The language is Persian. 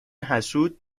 حسود